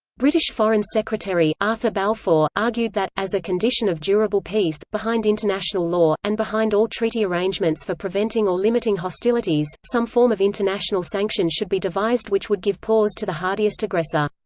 british foreign secretary, arthur balfour, argued that, as a condition of durable peace, behind international law, and behind all treaty arrangements for preventing or limiting hostilities, some form of international sanction should be devised which would give pause to the hardiest aggressor.